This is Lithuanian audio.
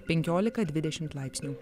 penkiolika dvidešimt laipsnių